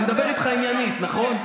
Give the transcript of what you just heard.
אני מדבר איתך עניינית, נכון?